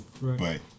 Right